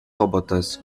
roboters